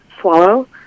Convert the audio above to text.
swallow